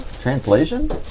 Translation